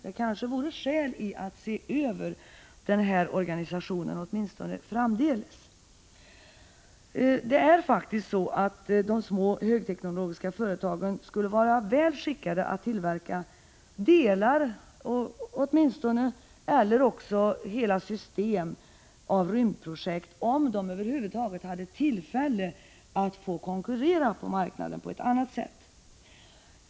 Det kanske vore skäl i att se över den här organisationen, åtminstone framdeles. De små högteknologiska företagen skulle faktiskt vara väl skickade att tillverka delar av men även hela system av rymdprojekt, om de över huvud taget fick tillfälle att konkurrera på marknaden på ett annat sätt än för närvarande.